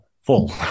full